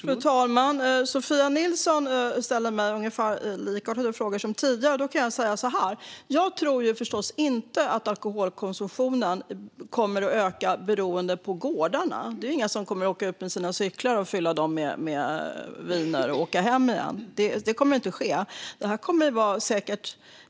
Fru talman! Sofia Nilsson ställer ungefär samma frågor som tidigare. Jag kan säga så här: Jag tror förstås inte att alkoholkonsumtionen kommer att öka beroende på gårdarna. Det är ingen som kommer att åka ut med cykeln, fylla på med vin och åka hem igen. Det kommer inte att ske.